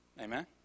Amen